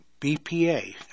BPA